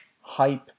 hype